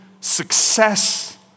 success